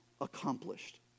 accomplished